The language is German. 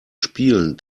spielen